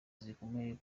zikomeye